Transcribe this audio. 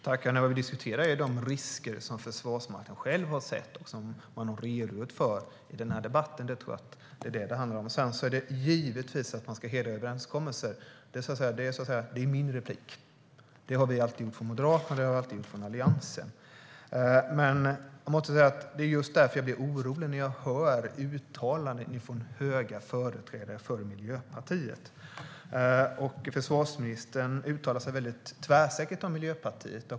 Fru talman! Det vi diskuterar är de risker som Försvarsmakten själv har sett och redogjort för i debatten. Det är vad det handlar om. Givetvis ska man hedra överenskommelser. Det är, så att säga, min replik. Det har vi alltid gjort från Moderaterna, och det har vi alltid gjort från Alliansen. Det är just därför jag blir orolig när jag hör uttalanden från höga företrädare för Miljöpartiet. Försvarsministern uttalar sig tvärsäkert om Miljöpartiet.